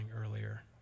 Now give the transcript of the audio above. earlier